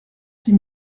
six